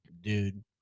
dude